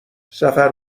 سفر